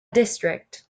district